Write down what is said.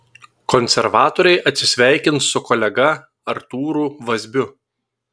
konservatoriai atsisveikins su kolega artūru vazbiu